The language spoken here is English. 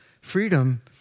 freedom